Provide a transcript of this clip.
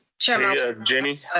chair and ginny.